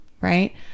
right